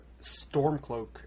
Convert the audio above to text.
Stormcloak